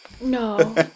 no